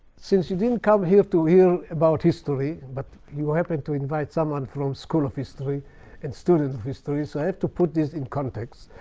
since you didn't come here to hear about history, but you happened to invite someone from school of history and student of history, so i have to put this in context.